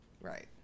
Right